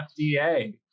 FDA